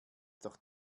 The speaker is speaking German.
doch